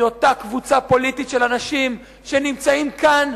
היא אותה קבוצה פוליטית של אנשים שנמצאים כאן,